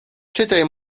czytaj